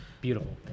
Beautiful